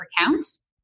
accounts